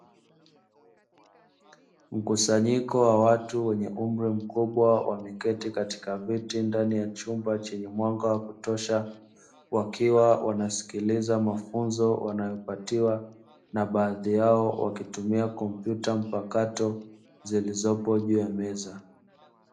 Mkusanyiko wa watu wenye umri mkubwa wameketi katika viti ndani ya chumba chenye mwanga wa kutosha wakiwa wanasikiliza mafunzo wanayopatiwa na baadhi yao wakitumia kompyuta mpakato zilizopo juu ya meza.